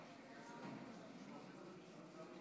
שניים